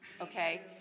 okay